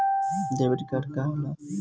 Debit card का होला?